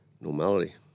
normality